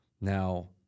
Now